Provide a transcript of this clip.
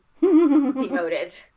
demoted